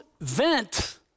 vent